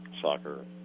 soccer